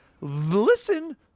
Listen